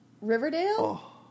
Riverdale